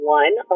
one